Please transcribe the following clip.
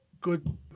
good